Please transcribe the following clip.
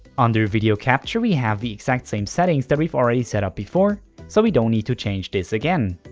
under video capture we have the exact same settings that we've already set up before so we don't need to change this again.